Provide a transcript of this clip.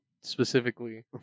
specifically